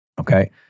okay